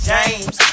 James